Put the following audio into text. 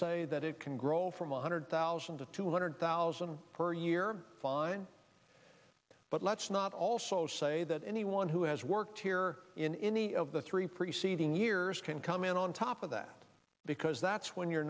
say that it can grow from one hundred thousand to two hundred thousand per year fine but let's not also say that anyone who has worked here in any of the three preceding years can come in on top of that because that's when your